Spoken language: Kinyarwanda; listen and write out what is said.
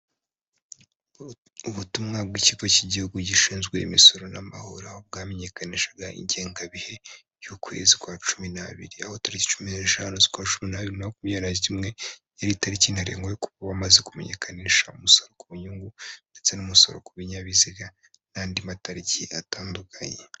Ubutumwa bw'ikigo cy'igihugu gishinzwe imisoro n'amahoro, aho bwamenyekanishaga ingengabihe y'ukwezi kwa cumi n'biri. Aho tariki cumi n'eshanu, bibiri na makumyabiri na rimwe, yari tariki ntarengwa yo kuba wamaze kumenyekanisha umusoro ku nyungu, ndetse n'umusoro ku binyabiziga, n'andi matariki atandukanye.